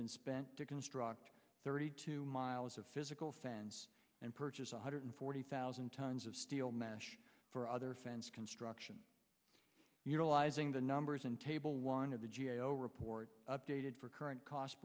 been spent to construct thirty two miles of physical fence and purchase one hundred forty thousand tons of steel mesh for other fence construction utilizing the numbers in table one of the g a o report updated for current cost